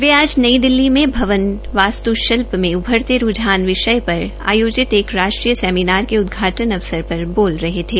वह आज नई दिल्ली में भवन वास्तुशिल्प में उभरते रूझान विषय पर आयोजित एक राष्ट्रीय सेमिनार के उदघाटन अवसर पर बोल रहे थे